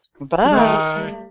Bye